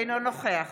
אינו נוכח